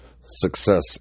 success